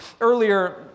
earlier